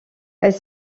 elle